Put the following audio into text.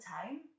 time